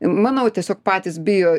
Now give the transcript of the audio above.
manau tiesiog patys bijo